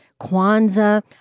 Kwanzaa